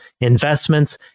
investments